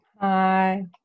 hi